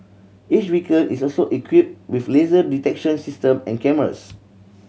each vehicle is also equipped with laser detection system and cameras